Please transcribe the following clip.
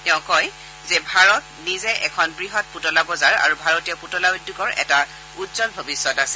তেওঁ কয় যে ভাৰত নিজে এখন বৃহৎ পুতলা বজাৰ আৰু ভাৰতীয় পুতলা উদ্যোগৰ এটা উজ্বল ভৱিষ্যত আছে